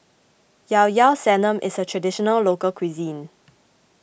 Ilao Ilao Sanum is a Traditional Local Cuisine